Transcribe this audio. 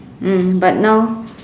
mm but now